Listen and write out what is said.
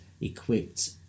equipped